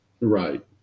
Right